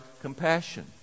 compassion